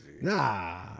Nah